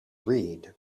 read